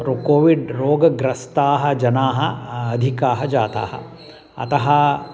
रोगः कोविड् रोगग्रस्ताः जनाः अधिकाः जाताः अतः